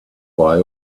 why